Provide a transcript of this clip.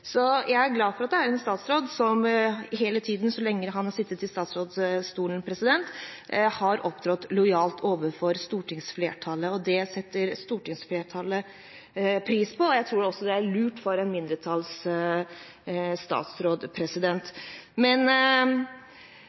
Så jeg er glad for at det er en statsråd som hele tiden, så lenge han har sittet i statsrådsstolen, har opptrådt lojalt overfor stortingsflertallet. Det setter stortingsflertallet pris på, og jeg tror også det er lurt av en